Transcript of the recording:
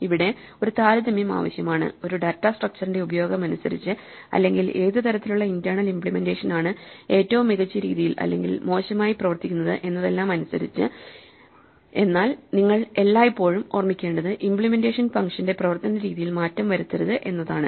അവിടെ ഒരു താരതമ്യം ആവശ്യമാണ് ഒരു ഡാറ്റാ സ്ട്രക്ച്ചറിന്റെ ഉപയോഗം അനുസരിച്ച് അല്ലെങ്കിൽ ഏത് തരത്തിലുള്ള ഇന്റേണൽ ഇമ്പ്ലിമെന്റേഷൻ ആണ് ഏറ്റവും മികച്ച രീതിയിൽ അല്ലെങ്കിൽ മോശമായി പ്രവർത്തിക്കുന്നത് എന്നതെല്ലാം അനുസരിച്ച് എന്നാൽ നിങ്ങൾ എല്ലായ്പ്പോഴും ഓർമ്മിക്കേണ്ടത് ഇമ്പ്ലിമെന്റേഷൻ ഫങ്ഷന്റെ പ്രവർത്തനരീതിയിൽ മാറ്റം വരുത്തരുത് എന്നതാണ്